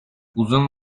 uzun